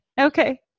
okay